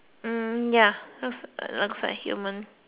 hmm ya looks looks like human